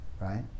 right